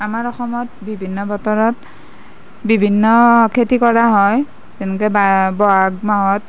আমাৰ অসমত বিভিন্ন বতৰত বিভিন্ন খেতি কৰা হয় সেনেকৈ বা বহাগ মাহত